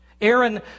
Aaron